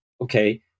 Okay